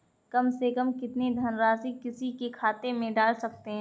कम से कम कितनी धनराशि किसी के खाते में डाल सकते हैं?